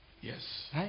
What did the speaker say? Yes